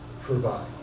provide